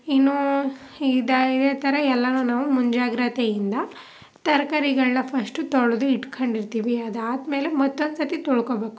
ಇನ್ನೂ ಇದು ಇದೇ ಥರ ಎಲ್ಲನೂ ನಾವು ಮುಂಜಾಗ್ರತೆಯಿಂದ ತರ್ಕಾರಿಗಳನ್ನ ಫಶ್ಟು ತೊಳೆದು ಇಟ್ಕೊಂಡಿರ್ತೀವಿ ಅದಾದ ಮೇಲೆ ಮತ್ತೊಂದ್ಸರ್ತಿ ತೊಳ್ಕೊಳ್ಬೇಕು